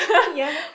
ya